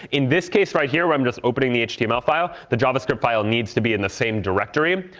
in this case right here, where i'm just opening the html file, the javascript file needs to be in the same directory.